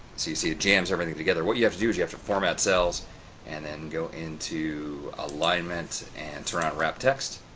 see see jams everything together what you have to do is you have to format cells and then go into alignment and turn on wrap text,